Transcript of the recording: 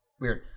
Weird